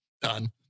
done